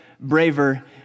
braver